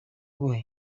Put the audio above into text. kuba